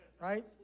right